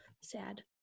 Sad